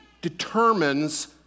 determines